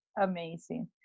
amazing